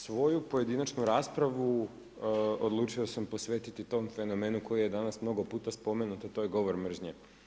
Svoju pojedinačnu raspravu odlučio sam posvetiti tom fenomenu koji je danas mnogo puta spomenut, a to je govor mržnje.